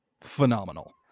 phenomenal